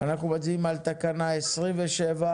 אנחנו מצביעים על תקנות 27,